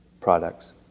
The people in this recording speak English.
products